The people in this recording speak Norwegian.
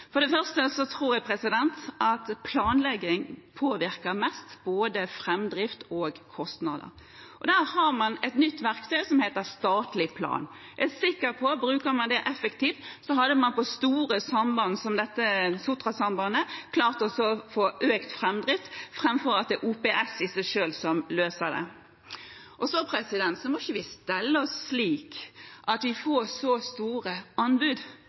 For det første: Jeg tror at planlegging påvirker mest – både framdrift og kostnader. Der har man et nytt verktøy som heter statlig plan. Jeg er sikker på at hadde man brukt dette effektivt, hadde man på store samband som Sotrasambandet klart å få økt framdrift, framfor at det er OPS i seg selv som løser det. Vi må ikke stelle oss slik at vi får så store anbud